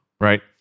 right